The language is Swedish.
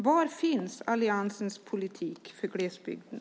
Var finns alliansens politik för glesbygden?